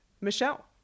Michelle